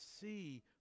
see